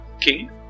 king